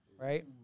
right